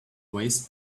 ways